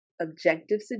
objective